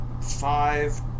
five